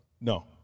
No